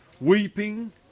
weeping